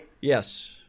Yes